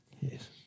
Yes